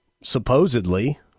supposedly